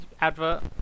advert